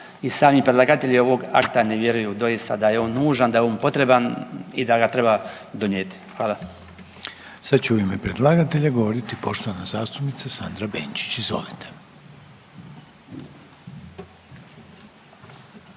i sami predlagatelji ovog akta ne vjeruju doista da je on nužan, da je on potreban i da ga treba donijeti. Hvala. **Reiner, Željko (HDZ)** Sad će u ime predlagatelja govoriti poštovana zastupnica Sandra Benčić. Izvolite.